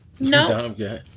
No